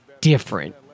different